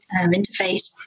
interface